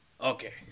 Okay